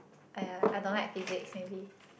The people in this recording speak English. !aiya! I don't like physics maybe